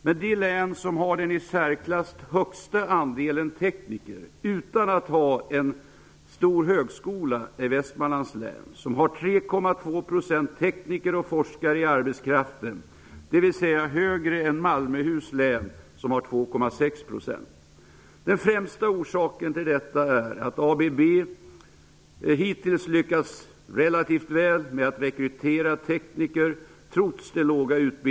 Men det län som har den i särklass högsta andelen tekniker utan att ha en stor högskola är Västmanlands län, som har 3,2 % Den främsta orsaken till detta är att ABB hittills trots det låga utbildningsutbudet lokalt lyckats relativt väl med att rekrytera tekniker.